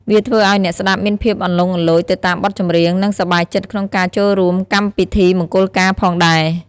វាធ្វើឱ្យអ្នកស្តាប់មានភាពអន្លន់អន្លូចទៅតាមបទចម្រៀងនិងសប្បាយចិត្តក្នុងការចូលរួមកម្មពិធីមង្គលការផងដែរ។